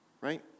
right